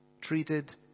Treated